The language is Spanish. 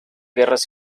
guerras